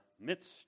midst